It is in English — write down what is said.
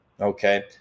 Okay